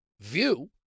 view